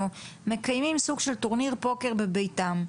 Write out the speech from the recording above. מקיימים סוג של טורניר פוקר בביתם,